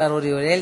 השר אורי אריאל.